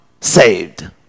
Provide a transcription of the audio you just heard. saved